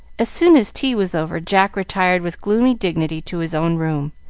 as soon as tea was over, jack retired with gloomy dignity to his own room,